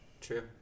True